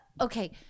okay